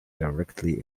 directly